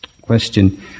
question